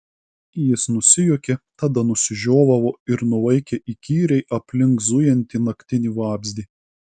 jis nusijuokė tada nusižiovavo ir nuvaikė įkyriai aplink zujantį naktinį vabzdį